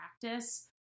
practice